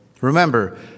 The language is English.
Remember